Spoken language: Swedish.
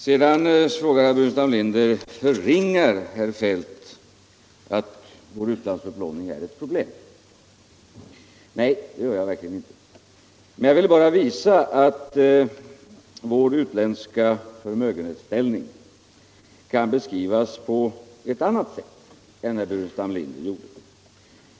Herr Burenstam Linder frågar: Förringar herr Feldt att vår utlandsupplåning är ett problem? Nej, det gör jag verkligen inte. Men jag vill visa att vår utländska förmögenhetsställning kan beskrivas på ett annat sätt än herr Burenstam Linder gjorde.